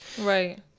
Right